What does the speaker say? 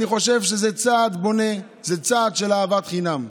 אני חושב שזה צעד בונה, זה צעד של אהבת חינם.